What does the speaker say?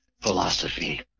Philosophy